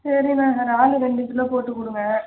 சரிண்ண இறாலு ரெண்டு கிலோ போட்டுக் கொடுங்க